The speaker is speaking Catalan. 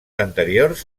anteriors